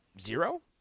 zero